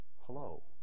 Hello